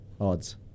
Odds